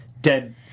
dead